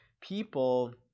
people